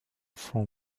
for